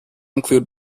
include